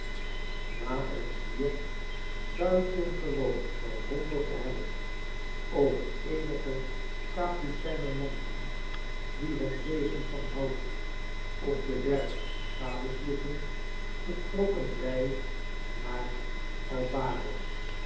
na ons hier buitengewoon verwonderd te hebben over eenige kapucijner monniken die het wegen van hout op de werf gadesloegen vertrokken wy naar a